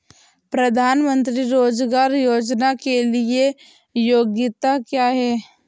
प्रधानमंत्री रोज़गार योजना के लिए योग्यता क्या है?